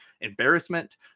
embarrassment